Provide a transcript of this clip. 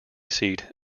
seat